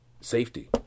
safety